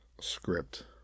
script